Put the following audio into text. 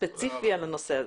ספציפי על הנושא הזה.